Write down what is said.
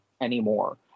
anymore